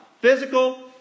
Physical